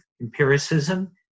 Empiricism